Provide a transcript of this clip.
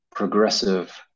Progressive